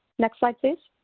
next slide.